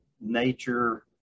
nature